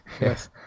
Yes